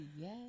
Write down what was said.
yes